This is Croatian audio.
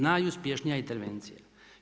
Najuspješnija intervencija.